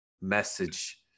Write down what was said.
message